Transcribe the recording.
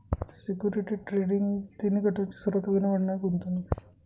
securities trading ही तिन्ही गटांची सर्वात वेगाने वाढणारी गुंतवणूक आहे